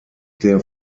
der